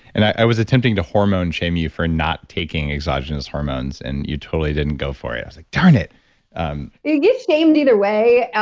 and i was attempting to hormone shame you for not taking exogenous hormones and you totally didn't go for it. i was like, darn it um it gets named either way.